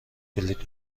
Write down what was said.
بلیط